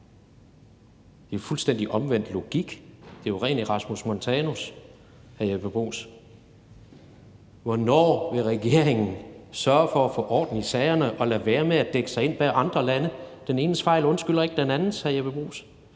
Det er en fuldstændig omvendt logik. Det er jo ren Erasmus Montanus, hr. Jeppe Bruus. Hvornår vil regeringen sørge for at få orden i sagerne og lade være med at dække sig ind bag andre lande? Den enes fejl undskylder ikke den andens, hr. Jeppe Bruus.